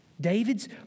David's